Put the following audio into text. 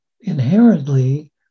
inherently